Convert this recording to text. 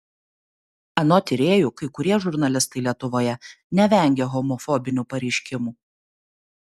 anot tyrėjų kai kurie žurnalistai lietuvoje nevengia homofobinių pareiškimų